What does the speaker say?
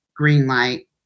Greenlight